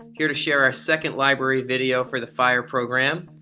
here to share our second library video for the fire program.